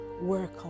work